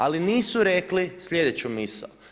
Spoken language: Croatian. Ali nisu rekli sljedeću misao.